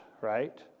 Right